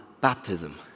baptism